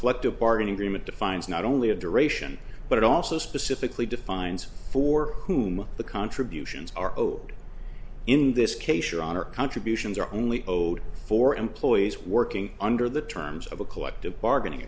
collective bargaining agreement defines not only a duration but it also specifically defines for whom the contributions are owed in this case your honor contributions are only owed for employees working under the terms of a collective bargaining